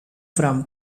from